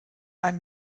beim